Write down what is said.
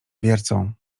wiercą